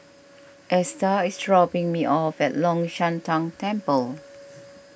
Esta is dropping me off at Long Shan Tang Temple